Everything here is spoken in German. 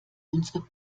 unsere